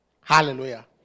Hallelujah